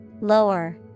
Lower